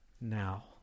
now